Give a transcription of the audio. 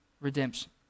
redemption